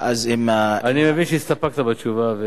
אני מבין שהסתפקת בתשובה.